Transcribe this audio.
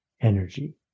energy